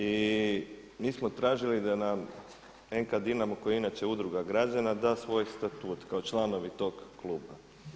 I mi smo tražili da nam NK Dinamo koji je inače udruga građana da svoj statut kao članovi toga kluba.